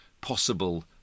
possible